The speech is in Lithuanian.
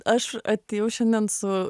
aš atėjau šiandien su